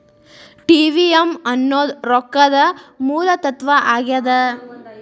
TVM ಅನ್ನೋದ್ ರೊಕ್ಕದ ಮೂಲ ತತ್ವ ಆಗ್ಯಾದ